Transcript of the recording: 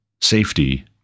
safety